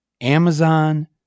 Amazon